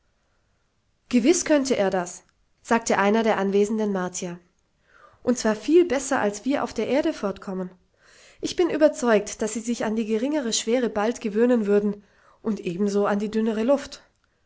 gewiß könnte er das sagte einer der anwesenden martier und zwar viel besser als wir auf der erde fortkommen ich bin überzeugt daß sie sich an die geringere schwere bald gewöhnen würden und ebenso an die dünnere luft